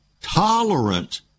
tolerant